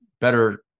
better